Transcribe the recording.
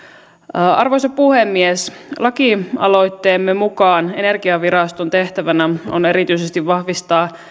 arvoisa puhemies lakialoitteemme mukaan energiaviraston tehtävänä on erityisesti vahvistaa